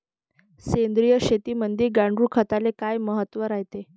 सेंद्रिय शेतीमंदी गांडूळखताले काय महत्त्व रायते?